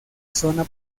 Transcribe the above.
zona